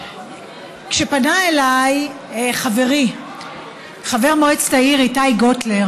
כשפנה אליי חברי חבר מועצת העיר ירושלים איתי גוטלר